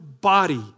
body